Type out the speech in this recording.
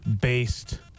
based